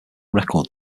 record